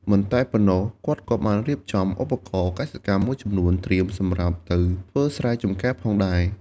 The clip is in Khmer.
មិនតែប៉ុណ្ណោះ គាត់ក៏បានរៀបចំឧបករណ៍កសិកម្មមួយចំនួន ត្រៀមសម្រាប់ទៅធ្វើស្រែចម្ការផងដែរ។